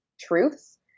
truths